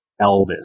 Elvis